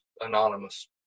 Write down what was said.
anonymous